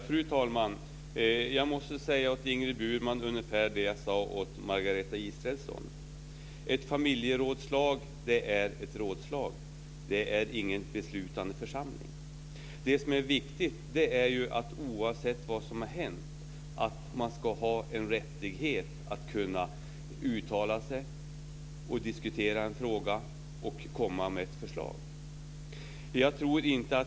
Fru talman! Jag måste säga till Ingrid Burman ungefär det som jag sade till Margareta Israelsson. Ett familjerådslag är ett rådslag. Det är inte en beslutande församling. Det viktiga är att man oavsett vad som har hänt ska ha en rättighet att kunna uttala sig, diskutera en fråga och komma med ett förslag.